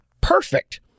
Perfect